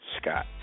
Scott